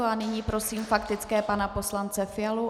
A nyní prosím k faktické pana poslance Fialu.